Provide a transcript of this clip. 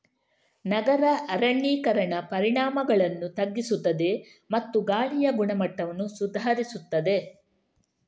ನಗರ ಅರಣ್ಯೀಕರಣ ಪರಿಣಾಮಗಳನ್ನು ತಗ್ಗಿಸುತ್ತದೆ ಮತ್ತು ಗಾಳಿಯ ಗುಣಮಟ್ಟವನ್ನು ಸುಧಾರಿಸುತ್ತದೆ